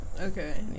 Okay